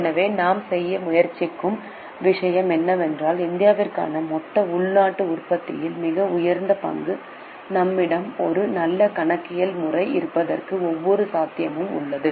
எனவே நான் செய்ய முயற்சிக்கும் விஷயம் என்னவென்றால் இந்தியாவுக்கான மொத்த உள்நாட்டு உற்பத்தியில் மிக உயர்ந்த பங்கு நம்மிடம் ஒரு நல்ல கணக்கியல் முறை இருப்பதற்கான ஒவ்வொரு சாத்தியமும் உள்ளது